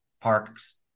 Parks